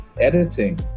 Editing